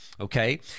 Okay